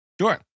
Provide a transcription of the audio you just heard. Sure